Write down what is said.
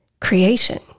creation